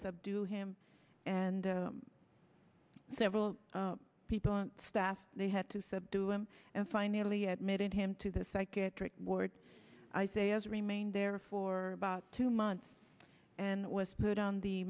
subdue him and several people and staff they had to subdue him and finally admitted him to the psychiatric ward i say has remained there for about two months and was put on the